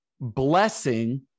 blessing